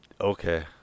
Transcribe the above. Okay